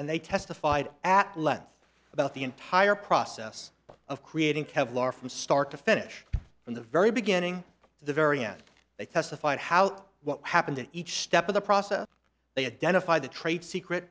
and they testified at length about the entire process of creating kevlar from start to finish from the very beginning to the very end they testified how what happened at each step of the process they had done a five the trade secret